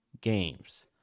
games